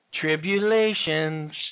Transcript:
Tribulations